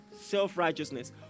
Self-righteousness